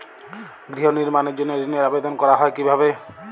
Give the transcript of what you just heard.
গৃহ নির্মাণের জন্য ঋণের আবেদন করা হয় কিভাবে?